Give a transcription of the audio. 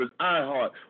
iHeart